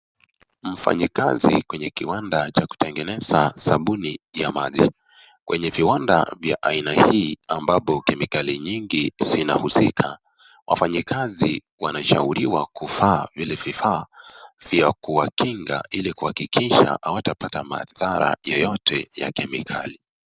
Mfanyikazi kwenye kiwanda cha kutengeneza sabuni ya maji. Kwenye viwanda ya aina hii ambapo kemikali nyingi zinausika. Wafanyikazi wanashauriwa kuvaa vili vifaa vya kuwakinga ilikuakikisha hawatapata madhara yoyote ya kemikali.